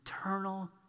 eternal